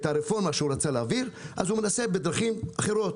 הרפורמה ששר החקלאות רצה להעביר אז הוא מנסה בדרכים אחרות,